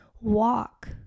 walk